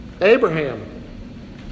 Abraham